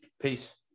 Peace